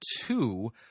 two